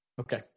Okay